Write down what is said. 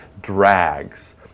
drags